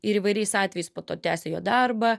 ir įvairiais atvejais po to tęsia jo darbą